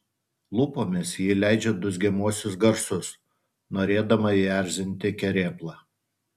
lūpomis ji leidžia dūzgiamuosius garsus norėdama įerzinti kerėplą